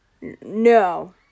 No